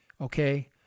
Okay